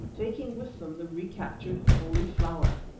taking with them the recaptured holy flower.